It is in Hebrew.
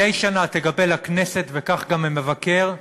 מדי שנה תקבל הכנסת, וכך גם המבקר,